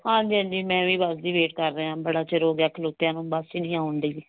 ਹਾਂਜੀ ਹਾਂਜੀ ਮੈਂ ਵੀ ਬੱਸ ਦੀ ਵੇਟ ਕਰ ਰਿਹਾ ਬੜਾ ਚਿਰ ਹੋ ਗਿਆ ਖਲੋਤਿਆਂ ਨੂੰ ਬੱਸ ਹੀ ਨਹੀਂ ਆਉਣ ਡੀ